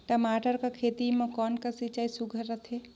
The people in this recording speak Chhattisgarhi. टमाटर कर खेती म कोन कस सिंचाई सुघ्घर रथे?